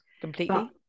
Completely